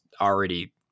already